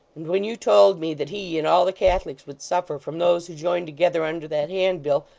and when you told me that he and all the catholics would suffer from those who joined together under that handbill,